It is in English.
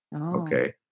okay